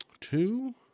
two